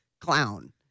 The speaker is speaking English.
clown